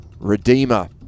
Redeemer